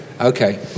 okay